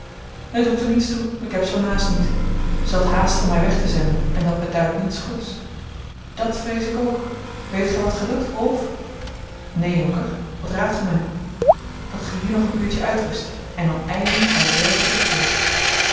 het doet er niets toe ik heb zoo'n haast niet zij had haast om mij weg te zenden en dat beduidt niets goeds dat vrees ik ook weet gij wat gij doet rolf neen jonker wat raadt ge mij dat ge hier nog een uurtje uitrust en dan ijlings naar de werve terugkeert